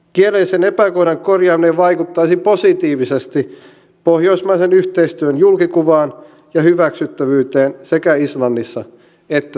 kielellisen epäkohdan korjaaminen vaikuttaisi positiivisesti pohjoismaisen yhteistyön julkikuvaan ja hyväksyttävyyteen sekä islannissa että suomessa